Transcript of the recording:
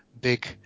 big